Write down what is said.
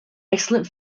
excellent